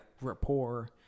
rapport